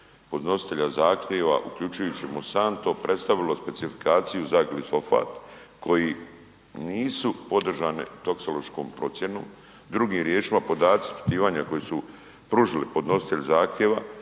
podnositelja zahtjeva uključujući Monsanto predstavilo specifikaciju za glifosat koji nisu podržane toksološkom procjenu, drugim riječima podaci ispitivanja koja su pružili podnositelji zahtjeva